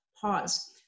pause